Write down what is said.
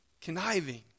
conniving